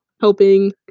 helping